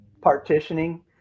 partitioning